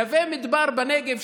נווה מדבר בנגב,